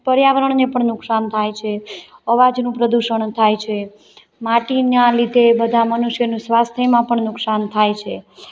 પર્યાવરણને પણ નુકસાન થાય છે અવાજનું પ્રદૂષણ થાય છે માટીના લીધે બધા મનુષ્યનું સ્વાસ્થ્યમાં પણ નુકસાન થાય છે